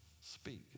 speak